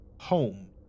home